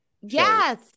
Yes